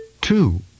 Two